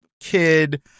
kid